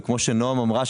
וכמו שנועה אמרה,